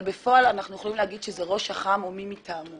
בפועל אנחנו יכולים להגיד שזה ראש אח"מ או מי מטעמו,